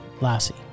Lassie